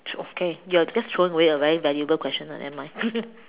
okay your that is throwing away a very valuable question lah nevermind